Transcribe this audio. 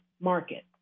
market